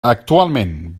actualment